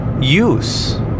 use